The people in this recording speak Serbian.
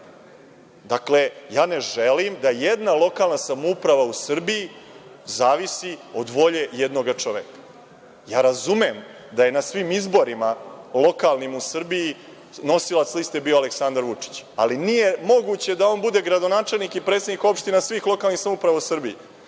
čoveka. Dakle, ja ne želim da jedna lokalna samouprava u Srbiji zavisi od volje jednoga čoveka. Razumem da je na svim izborima lokalnim u Srbiji nosilac liste bio Aleksandar Vučić, ali nije moguće da on bude gradonačelnik i predsednik opština svih lokalnih samouprava u Srbiji.